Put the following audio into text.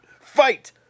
Fight